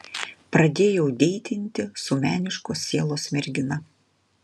pradėjau deitinti su meniškos sielos mergina